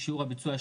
שיעור הביצוע,